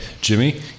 Jimmy